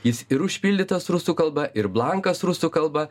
jis ir užpildytas rusų kalba ir blankas rusų kalba